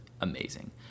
amazing